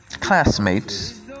classmates